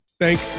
Thank